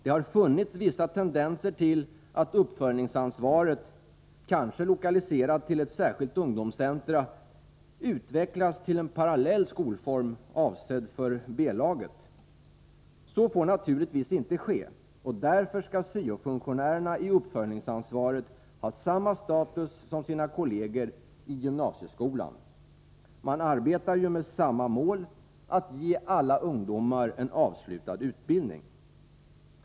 Det har funnits vissa tendenser till att uppföljningsansvaret — kanske lokaliserat till ett särskilt ungdomscenter — utvecklas till en parallell skolform avsedd för ”B-laget”. Så får naturligtvis inte ske, och därför skall syo-funktionärerna i uppföljningsansvaret ha samma status som sina kolleger i gymnasieskolan. Man arbetar ju med samma mål — att ge alla ungdomar en avslutad utbildning.